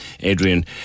Adrian